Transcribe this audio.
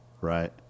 right